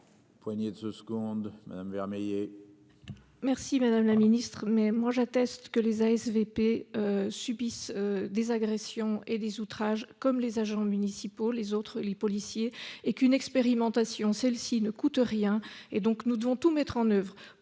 Merci, madame la Ministre,